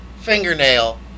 fingernail